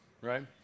Right